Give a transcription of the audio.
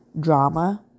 drama